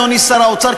אדוני שר האוצר,